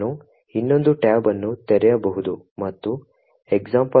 ನಾವು ಇನ್ನೊಂದು ಟ್ಯಾಬ್ ಅನ್ನು ತೆರೆಯಬಹುದು ಮತ್ತು example1